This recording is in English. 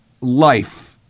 life